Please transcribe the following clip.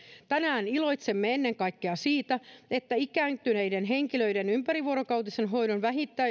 tänään iloitsemme ennen kaikkea siitä että ikääntyneiden henkilöiden ympärivuorokautisen hoidon